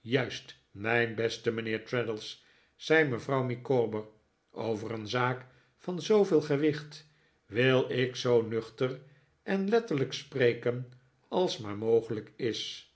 juist mijn beste mijnheer traddles zei mevrouw micawber over een zaak van zooveel gewicht wil ik zoo nuchter en letterlijk spreken als maar mogelijk is